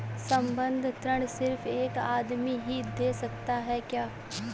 संबंद्ध ऋण सिर्फ एक आदमी ही दे सकता है क्या?